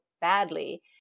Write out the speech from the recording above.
badly